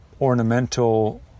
ornamental